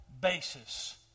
basis